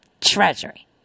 treasury